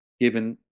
given